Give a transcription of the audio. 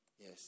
Yes